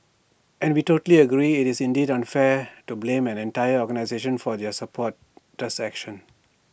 and we totally agree IT is indeed unfair to blame an entire organisation for their supporters actions